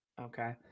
okay